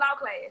class